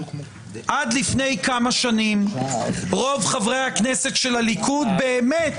עד לפני כמה שנים רוב חברי הכנסת של הליכוד באמת